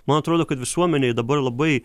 man atrodo kad visuomenėj dabar labai